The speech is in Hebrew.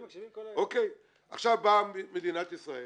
עכשיו באה מדינת ישראל